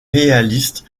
réaliste